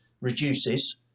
reduces